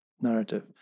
narrative